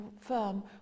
firm